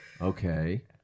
Okay